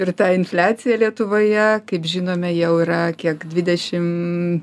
ir ta infliacija lietuvoje kaip žinome jau yra kiek dvidešim